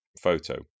photo